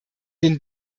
den